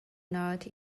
not